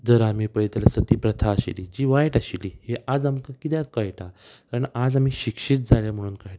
जर आमी पळयत जाल्यार सती प्रथा आशिल्ली जी वायट आशिल्ली ही आज आमकां किद्याक कळटा कारण आज आमी शिक्षीत जालें म्हणून कळटा